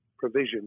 Provision